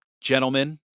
gentlemen